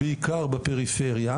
בעיקר בפריפריה,